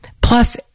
Plus